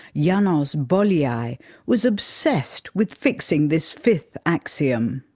janos bolyai, was obsessed with fixing this fifth axiom.